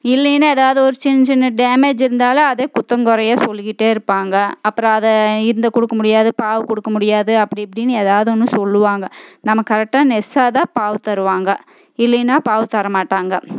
இல்லைன்னா ஏதாவது ஒரு சின்ன சின்ன டேமேஜ் இருந்தாலும் அதை குத்தம் குறையா சொல்லிகிட்டு இருப்பாங்க அப்பறம் அதை இந்த கொடுக்க முடியாது பாகு கொடுக்க முடியாது அப்படி இப்படின்னு ஏதாவது ஒன்று சொல்லுவாங்க நமக்கு கரெக்டாக நெஸ்சா தான் பாகு தருவாங்க இல்லைன்னா பாகு தரமாட்டாங்க